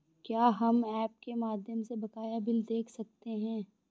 क्या हम ऐप के माध्यम से बकाया बिल देख सकते हैं?